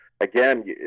again